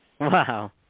Wow